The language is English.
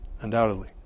undoubtedly